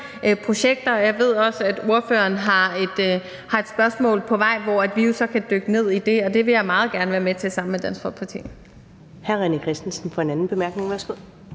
projekter. Jeg ved også, at ordføreren har et spørgsmål på vej, hvor vi så kan dykke ned i det. Det vil jeg meget gerne være med til sammen med Dansk Folkeparti.